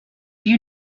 you